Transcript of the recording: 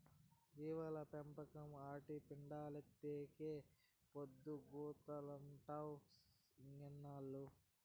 జీవాల పెంపకం, ఆటి పెండలైతేసరికే పొద్దుగూకతంటావ్ ఇంకెన్నేళ్ళు